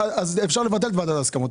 אפשר לבטל את ועדת ההסכמות,